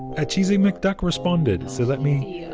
ah cheesy mcduck responded. so let me, yeah